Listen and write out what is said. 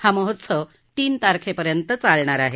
हा महोत्सव तीन तारखेपर्यंत चालणार आहे